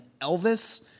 Elvis